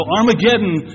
Armageddon